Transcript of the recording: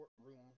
courtroom